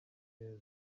neza